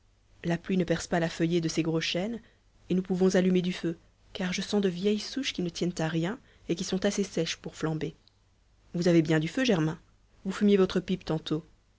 la pluie ne perce pas la feuillée de ces gros chênes et nous pouvons allumer du feu car je sens de vieilles souches qui ne tiennent à rien et qui sont assez sèches pour flamber vous avez bien du feu germain vous fumiez votre pipe tantôt